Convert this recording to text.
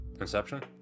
Inception